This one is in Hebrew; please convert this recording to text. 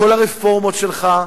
כל הרפורמות שלך,